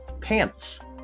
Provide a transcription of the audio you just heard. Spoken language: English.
pants